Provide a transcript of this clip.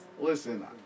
Listen